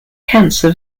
cancer